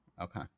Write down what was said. Okay